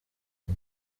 iki